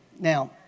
Now